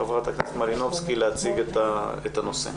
ח"כ מלינובסקי, להציג את הנושא.